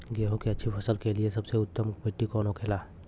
गेहूँ की अच्छी फसल के लिए सबसे उत्तम मिट्टी कौन होखे ला?